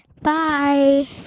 Bye